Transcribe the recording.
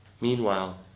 Meanwhile